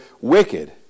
wicked